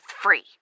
free